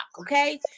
okay